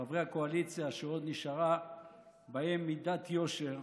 חברי הקואליציה שעוד נשארה בהם מידת יושר,